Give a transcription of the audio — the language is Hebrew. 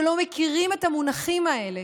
שלא מכירים את המונחים האלה,